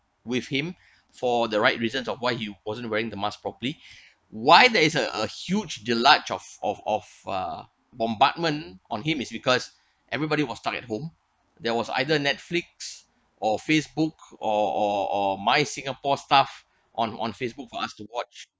with him for the right reasons of why he wasn't wearing the mask properly why there is a a huge delight of of of uh bombardment on him is because everybody was stuck at home there was either netflix or facebook or or or my singapore staff on on facebook for us to watch